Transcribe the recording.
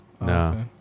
No